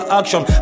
action